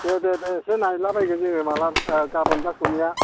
दे दे दे एसे नायहैला बायगोन जोङो माब्लाबा गाबोन बा सबनिया